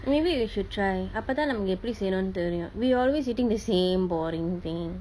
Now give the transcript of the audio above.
maybe you should try அப்பதா நமக்கு எப்புடி செய்யணுன்னு தெரியு:appatha namaku eppudi seiyanunu theriyu we always eating the same boring thing